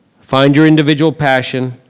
find your individual passion,